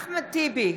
אחמד טיבי,